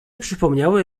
przypomniały